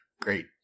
Great